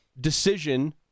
decision